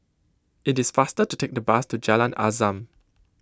it is faster to take the bus to Jalan Azam